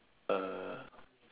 uh